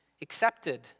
accepted